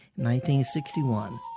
1961